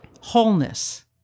wholeness